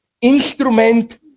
instrument